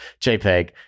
JPEG